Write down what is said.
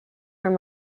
from